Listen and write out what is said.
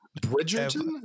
Bridgerton